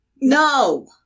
No